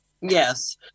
Yes